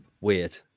Weird